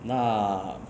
那